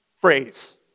phrase